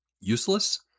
useless